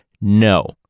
No